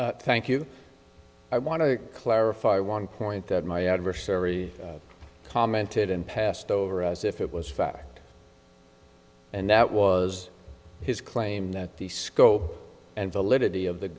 you thank you i want to clarify one point that my adversary commented and passed over as if it was fact and that was his claim that the scope and validity of the